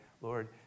Lord